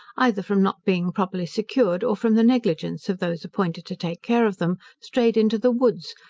either from not being properly secured, or from the negligence of those appointed to take care of them, strayed into the woods,